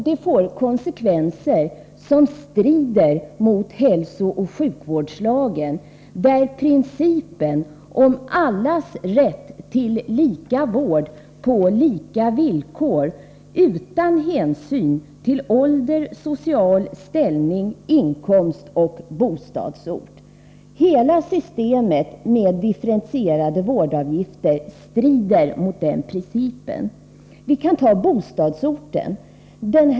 Det får konsekvenser som strider mot hälsooch sjukvårdslagen, där principen är allas rätt till lika vård på lika villkor utan hänsyn till ålder, social ställning, inkomst och bostadsort. Hela systemet med differentierade vårdavgifter strider mot den principen. Vi kan ta bostadsorten.